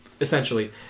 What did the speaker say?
essentially